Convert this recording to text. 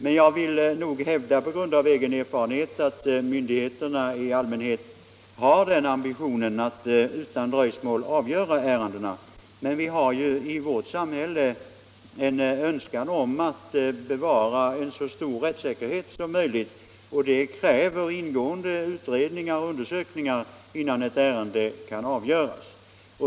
Men jag vill hävda — på grund av egen erfarenhet — att myndigheterna i allmänhet har ambitionen att utan dröjsmål avgöra ärendena. I vårt samhälle har vi emellertid en önskan att bevara en så stor rättssäkerhet som möjligt, och det kräver ingående utredningar och undersökningar innan ett ärende kan avgöras.